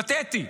פתטי.